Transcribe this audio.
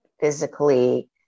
physically